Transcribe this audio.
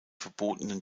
verbotenen